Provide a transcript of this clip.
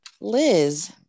Liz